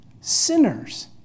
sinners